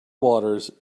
waters